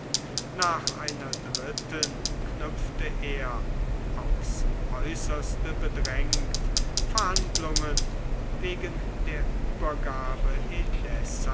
nach einer dritten knüpfte er aufs äußerste bedrängt verhandlungen wegen der übergabe